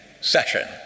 session